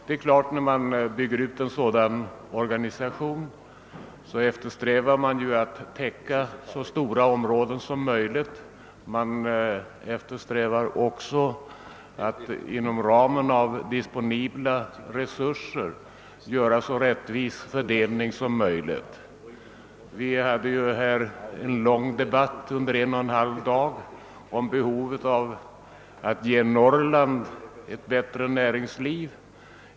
Det är klart att man när man bygger ut en sådan organisation eftersträvar att täcka så stora områden som möjligt. Man eftersträvar också att inom ramen av disponibla resurser göra en så rättvis fördelning som möjligt. Vi hade ju en lång debatt, under en och en halv dag, om behovet av att ge Norrland ett bättre näringsliv.